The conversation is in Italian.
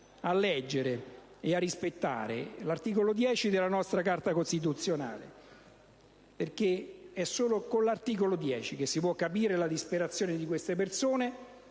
a leggere e a rispettare, cioè l'articolo 10 della nostra Carta costituzionale, perché solo così si può capire la disperazione di queste persone.